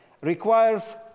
requires